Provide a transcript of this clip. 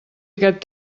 aquest